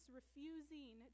refusing